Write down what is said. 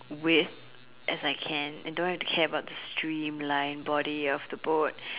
width as I can and don't have to care the streamline body of the boat